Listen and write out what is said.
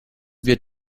wird